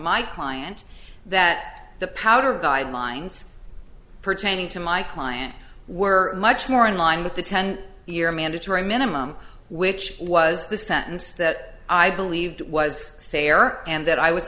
my client that the powder guidelines pertaining to my client were much more in line with the ten year mandatory minimum which was the sentence that i believed was fair and that i was